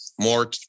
More